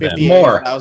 more